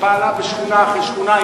שפעלה בשכונה אחרי שכונה,